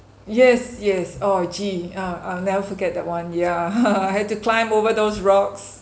yes yes oh jeez uh I'll never forget that one ya I had to climb over those rocks